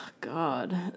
God